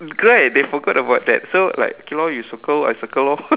right they forgot about that so like okay lor you circle I circle lor